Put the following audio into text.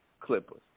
Clippers